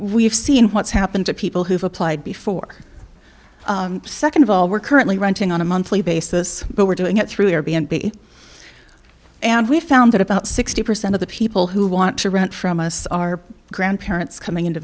we've seen what's happened to people who've applied before second of all we're currently renting on a monthly basis but we're doing it through air b n b and we've found that about sixty percent of the people who want to rent from us are grandparents coming in to